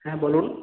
হ্যাঁ বলুন